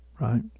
right